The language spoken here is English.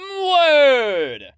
word